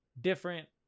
different